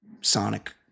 Sonic